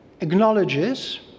acknowledges